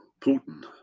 Putin